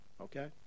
okay